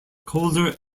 colder